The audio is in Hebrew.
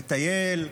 לטייל,